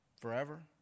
forever